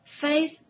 faith